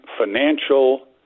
financial